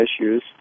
issues